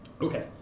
Okay